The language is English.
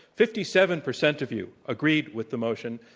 fifty seven percent of you agree with the motion,